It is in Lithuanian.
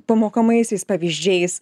pamokamaisiais pavyzdžiais